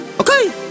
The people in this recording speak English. Okay